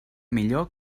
millor